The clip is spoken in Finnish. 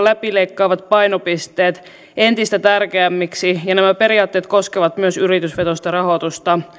läpileikkaavat painopisteet entistä tärkeämmiksi ja nämä periaatteet koskevat myös yritysvetoista rahoitusta